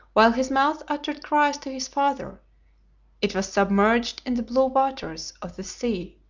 while his mouth uttered cries to his father it was submerged in the blue waters of the sea,